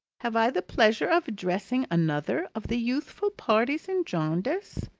have i the pleasure of addressing another of the youthful parties in jarndyce?